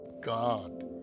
God